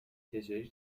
تجاری